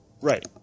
Right